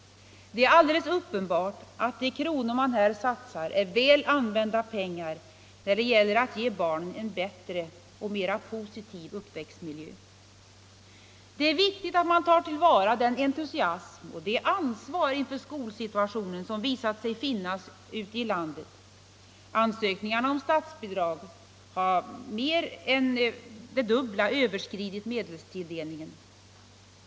Det är alldeles uppenbart att de kronor man satsar här är väl använda pengar när det gäller att ge barnen en bättre och mer positiv uppväxtmiljö. Det är viktigt att man tar till vara den entusiasm och det ansvar inför skolsituationen som visat sig finnas ute i landet. Ansökningarna om statsbidrag har med mer än det dubbla överskridit medelstilldelningen.